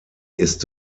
ist